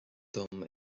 dom